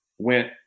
Went